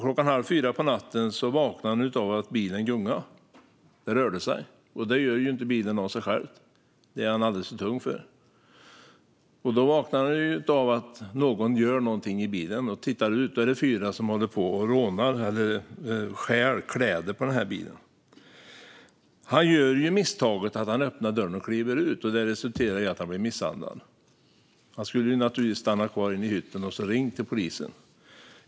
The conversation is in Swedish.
Klockan halv fyra på natten vaknar han av att bilen gungar - det gör ju inte bilen av sig själv; det är den alldeles för tung för. Han vaknar alltså av att någon gör någonting i bilen och tittar ut, och då är det fyra som håller på och stjäl kläder från bilen. Han gör misstaget att öppna dörren och kliva ut, vilket resulterar i att han blir misshandlad. Han skulle naturligtvis ha stannat kvar inne i hytten och ringt till polisen.